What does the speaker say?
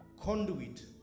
conduit